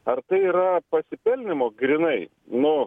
ar tai yra pasipelnymo grynai nu